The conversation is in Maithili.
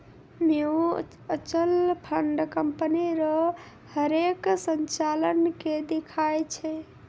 म्यूचुअल फंड कंपनी रो हरेक संचालन के दिखाय छै